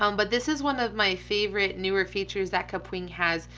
um but this is one of my favorite newer features that kapwing has.